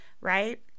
right